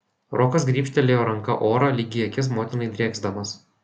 rokas grybštelėjo ranka orą lyg į akis motinai drėksdamas